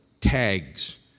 Tags